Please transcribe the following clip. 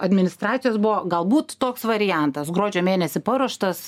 administracijos buvo galbūt toks variantas gruodžio mėnesį paruoštas